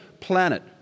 planet